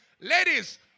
Ladies